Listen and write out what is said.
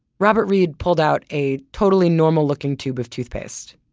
robert reed pulled out a totally normal looking tube of toothpaste.